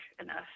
enough